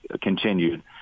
continued